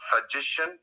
suggestion